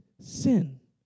sin